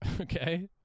okay